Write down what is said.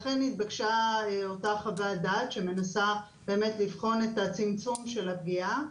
לכן התבקשה אותה חוות דעת שמנסה לבחון את צמצום הפגיעה.